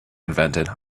invented